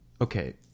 Okay